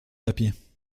papier